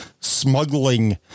smuggling